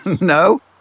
No